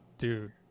dude